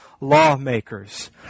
lawmakers